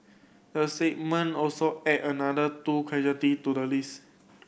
the statement also added another two casualty to the list